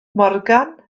morgan